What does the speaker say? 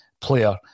player